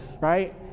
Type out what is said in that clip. right